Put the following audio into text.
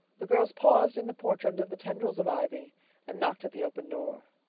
the girls paused in the porch under the tendrils of ivy and knocked at the open door.